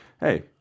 hey